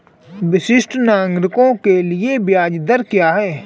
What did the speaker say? वरिष्ठ नागरिकों के लिए ब्याज दर क्या हैं?